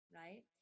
right